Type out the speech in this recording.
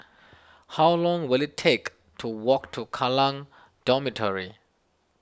how long will it take to walk to Kallang Dormitory